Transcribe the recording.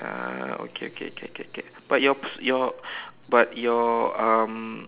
ah okay okay okay okay okay but your your but your um